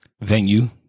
venue